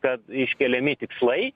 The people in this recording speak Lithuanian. kad iškeliami tikslai